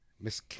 Miss